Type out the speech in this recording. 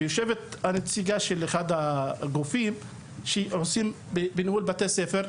ויושבת הנציגה של אחד הגופים שהם כבר עוסקים בניהול בתי ספר.